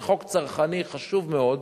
זה חוק צרכני חשוב מאוד,